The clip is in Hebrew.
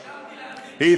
אתה רואה,